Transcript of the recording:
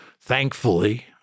thankfully